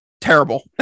terrible